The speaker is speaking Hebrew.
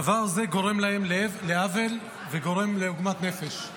דבר זה גורם להם לעוול וגורם לעוגמת נפש.